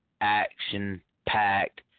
action-packed